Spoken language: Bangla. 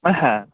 হ্যাঁ